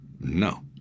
no